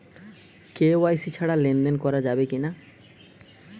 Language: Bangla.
কে.ওয়াই.সি ছাড়া লেনদেন করা যাবে কিনা?